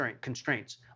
constraints